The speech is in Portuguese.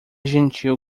gentil